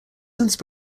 since